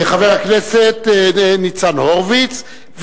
חבר הכנסת ניצן הורוביץ,